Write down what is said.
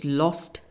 lost